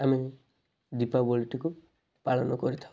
ଆମେ ଦୀପାବଳିଟିକୁ ପାଳନ କରିଥାଉ